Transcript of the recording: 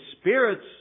spirits